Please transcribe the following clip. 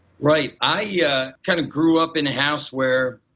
right, i yeah kind of grew up in a house where,